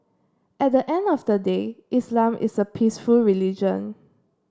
at the end of the day Islam is a peaceful religion